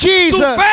Jesus